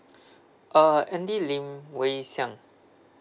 uh andy lim wei xiang